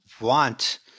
want